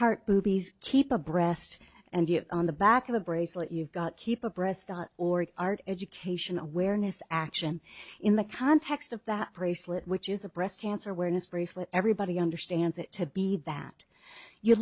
heart boobies keep a breast and yet on the back of a bracelet you've got keep abreast dot org art education awareness action in the context of that bracelet which is a breast cancer awareness bracelet everybody understands it to be that you